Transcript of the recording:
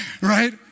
Right